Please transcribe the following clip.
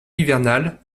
hivernale